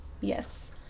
Yes